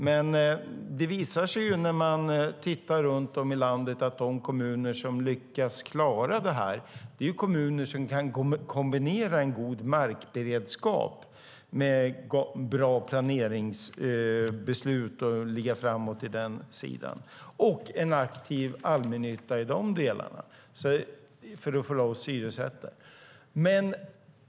Men det visar sig när man tittar runt om i landet att de kommuner som lyckas klara det här är kommuner som kan kombinera en god markberedskap med bra planeringsbeslut, ligga framåt på den sidan och ha en aktiv allmännytta för att få loss hyresrätter.